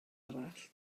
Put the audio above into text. arall